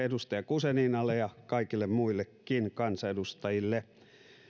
edustaja guzeninalle ja kaikille muillekin kansanedustajille